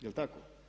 Jel' tako?